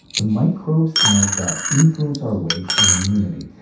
the microbes in our gut influence our weight and immunity,